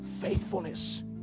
faithfulness